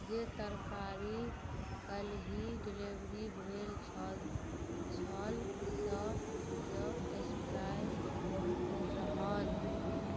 जे तरकारी काल्हि डिलिवरी भेल छल छल तऽ जऽ सरप्राइज रहल